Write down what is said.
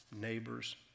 neighbors